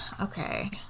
okay